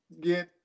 get